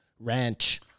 ranch